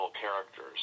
characters